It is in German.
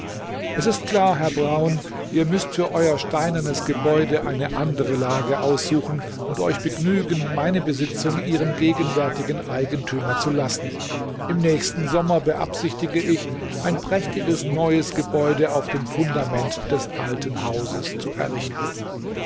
es ist klar herr brown ihr müßt für euer steinernes gebäude eine andere lage aussuchen und euch begnügen meine besitzung ihrem gegenwärtigen eigentümer zu lassen im nächsten sommer beabsichtige ich ein prächtiges neues gebäude auf dem fundament des alten hauses zu errichten